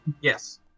yes